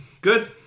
Good